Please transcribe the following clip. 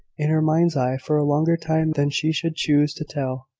in her mind's eye for a longer time than she should choose to tell.